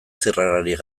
zirrararik